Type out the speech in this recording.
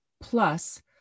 plus